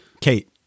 Kate